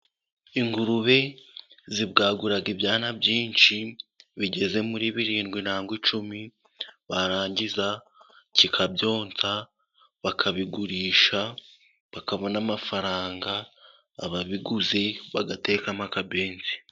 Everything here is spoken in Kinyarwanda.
Ingurube zibwagura ibyana byinshi bigeze muri birindwi cyangwa icumi, barangiza cyikabyonsa, bakabigurisha, bakabona amafaranga, ababiguze bagatekamo akabenzi.